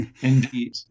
Indeed